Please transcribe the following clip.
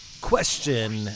Question